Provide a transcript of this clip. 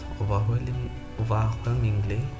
overwhelmingly